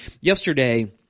Yesterday